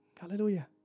Hallelujah